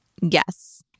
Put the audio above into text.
Yes